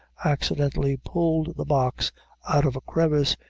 accidentally pulled the box out of a crevice,